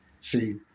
See